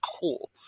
cool